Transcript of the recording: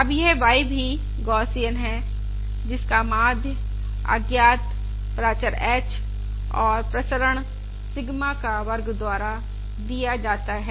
अब यह y भी गौसियन है जिसका माध्य अज्ञात प्राचर h और प्रसरण सिगमा का वर्ग द्वारा दिया जाता है